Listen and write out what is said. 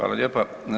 Hvala lijepa.